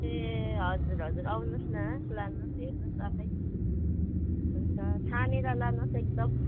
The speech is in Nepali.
ए हजुर हजुर आउनुहोस् न लानुहोस् हेर्नुहोस् आफै हुन्छ छानेर लानुहोस् एकदम